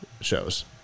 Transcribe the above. shows